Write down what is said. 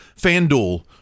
FanDuel